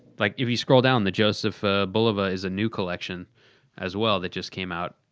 like, if you scroll down, the joseph bulova is a new collection as well that just came out.